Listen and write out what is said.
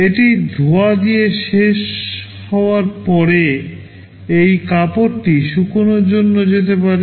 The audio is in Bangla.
এটি ধোয়া দিয়ে শেষ হওয়ার পরে এই কাপড়টি শুকানোর জন্য যেতে পারে